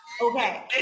okay